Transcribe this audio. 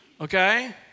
Okay